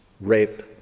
rape